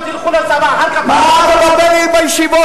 תאר לעצמך, רק התחלתי, דקה אחת, מה אתם צועקים.